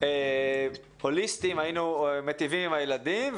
הוליסטיים היינו מיטיבים עם הילדים.